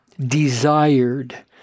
desired